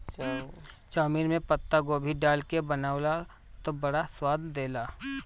chowmein में पातगोभी डाल के बनावअ तअ बड़ा स्वाद देला